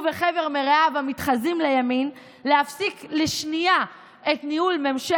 מתביישים מכך שהצלנו את ישראל מקואליציה נואלת,